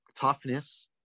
toughness